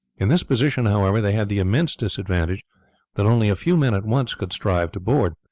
in this position, however, they had the immense disadvantage that only a few men at once could strive to board,